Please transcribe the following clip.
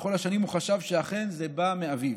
וכל השנים הוא חשב שאכן זה בא מאביו,